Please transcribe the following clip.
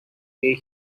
way